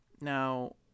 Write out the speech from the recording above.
Now